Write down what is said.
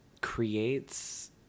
creates